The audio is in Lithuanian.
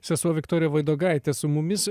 sesuo viktorija vaidogaitė su mumis